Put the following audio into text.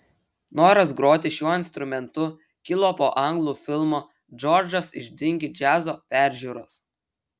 noras groti šiuo instrumentu kilo po anglų filmo džordžas iš dinki džiazo peržiūros